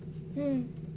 mm